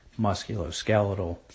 musculoskeletal